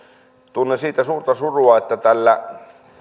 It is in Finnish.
tunnen siitä suurta surua että tällä